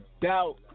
doubt